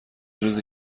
روزی